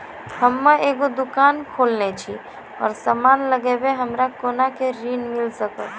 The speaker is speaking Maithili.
हम्मे एगो दुकान खोलने छी और समान लगैबै हमरा कोना के ऋण मिल सकत?